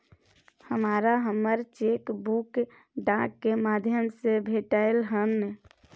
हमरा हमर cheque book डाक के माध्यम से भेटलय हन